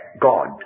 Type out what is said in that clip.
God